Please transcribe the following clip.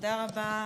תודה רבה.